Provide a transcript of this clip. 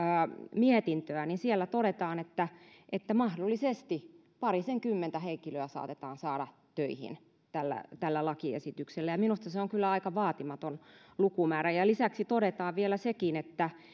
mietintöä niin siellä todetaan että että mahdollisesti parisenkymmentä henkilöä saatetaan saada töihin tällä tällä lakiesityksellä ja minusta se on kyllä aika vaatimaton lukumäärä lisäksi todetaan vielä sekin että